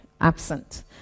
absent